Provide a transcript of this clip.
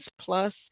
plus